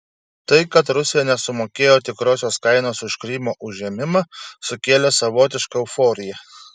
tai kad rusija nesumokėjo tikrosios kainos už krymo užėmimą sukėlė savotišką euforiją